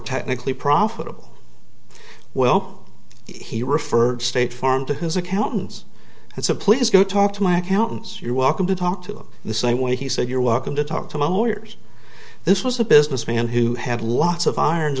technically profitable well he referred state farm to his accountants as a police go talk to my accountants you're welcome to talk to them the same way he said you're welcome to talk to motors this was a businessman who had lots of irons